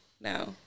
no